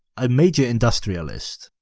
a major industrialist.